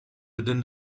within